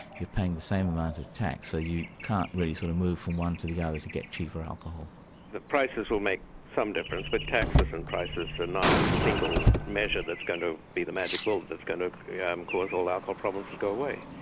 you're paying the same amount of tax so that you can't really sort of move from one to the ah other to get cheaper alcohol. the but prices will make some difference, but taxes and prices are not a single measure that's going to be the magic bullet that's going to yeah um cause all our alcohol problems to go away.